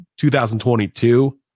2022